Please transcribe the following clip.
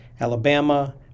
Alabama